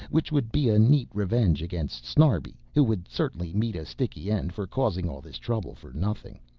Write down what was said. which would be a neat revenge against snarbi who would certainly meet a sticky end for causing all this trouble for nothing,